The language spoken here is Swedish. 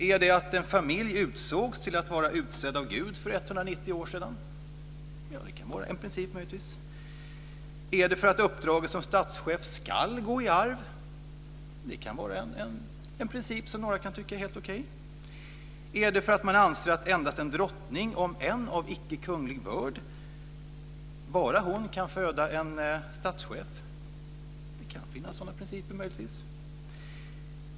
Är det att en familj ansågs vara utsedd av Gud för 190 år sedan? Det kan möjligtvis vara en princip. Är det att uppdraget som statschef ska gå i arv? Det kan vara en princip som några kan tycka är helt okej. Är det för att man anser att endast en drottning, om än av icke kunglig börd, kan föda en statschef? Det kan möjligtvis finnas sådana principer.